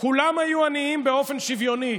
כולם היו עניים באופן שוויוני.